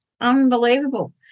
unbelievable